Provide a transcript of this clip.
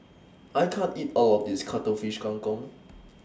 I can't eat All of This Cuttlefish Kang Kong